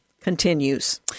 continues